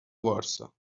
وارسا